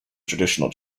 traditional